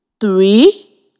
three